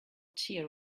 tea